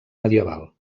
medieval